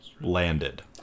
Landed